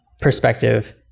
perspective